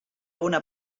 una